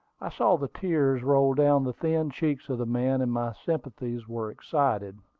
i saw the tears roll down the thin cheeks of the man and my sympathies were excited.